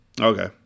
Okay